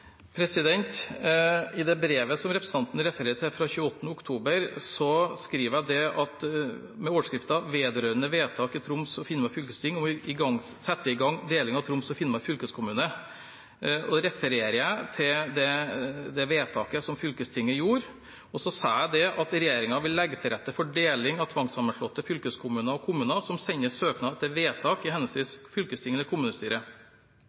I det brevet som representanten refererer til, fra 28. oktober, med overskriften «Vedrørende vedtak i Troms og Finnmark fylkesting om å sette i gang deling av Troms og Finnmark fylkeskommune», refererer jeg til det vedtaket som fylkestinget gjorde, og skriver at regjeringen vil «legge til rette for deling av tvangssammenslåtte fylkeskommuner og kommuner, som sender søknad etter vedtak i henholdsvis fylkestinget eller